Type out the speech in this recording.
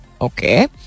Okay